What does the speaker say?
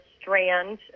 Strand